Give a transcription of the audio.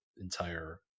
entire